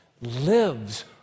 lives